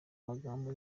magambo